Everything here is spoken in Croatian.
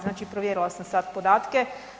Znači provjerila sam sad podatke.